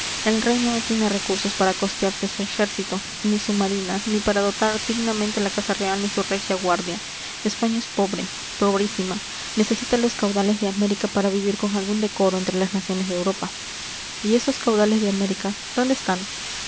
el reino no tiene recursos para costearse su ejército ni su marina ni para dotar dignamente la casa real ni su regia guardia españa es pobre pobrísima necesita los caudales de américa para vivir con algún decoro entre las naciones de europa y esos caudales de américa dónde están